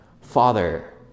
Father